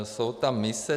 Jsou tam mise.